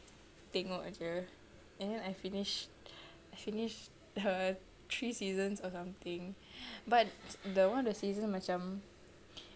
tengok aje and then I finish I finish err three seasons or something but the one of the seasons macam